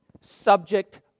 subject